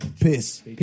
Piss